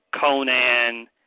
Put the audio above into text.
Conan